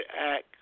act